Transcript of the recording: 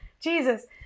Jesus